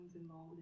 involved